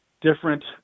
different